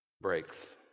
breaks